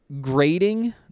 grading